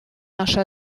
наши